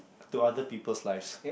to other people lives